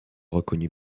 reconnu